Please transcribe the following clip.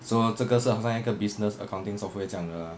so 这个是好像一个 business accounting software 这样的 lah